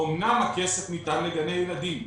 אמנם הכסף ניתן לגני ילדים,